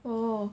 oh